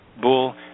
bull